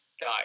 die